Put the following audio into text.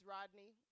Rodney